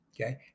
Okay